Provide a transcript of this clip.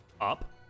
up